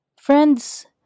Friends